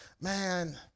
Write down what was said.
man